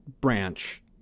branch